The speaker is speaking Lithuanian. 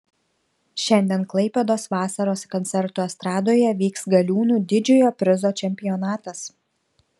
šiandien klaipėdos vasaros koncertų estradoje vyks galiūnų didžiojo prizo čempionatas